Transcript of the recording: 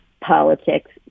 politics